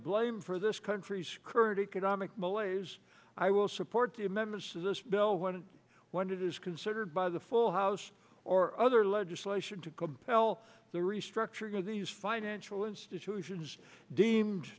blame for this country's current economic malaise i will support the amendments of this bill went when it is considered by the full house or other legislation to compel the restructuring of these financial institutions deemed